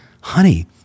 Honey